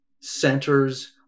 centers